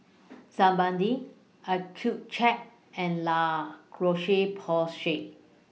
Sebamed Accucheck and La Roche Porsay